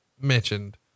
mentioned